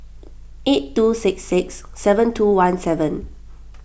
eight two six six seven two one seven